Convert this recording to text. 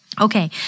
Okay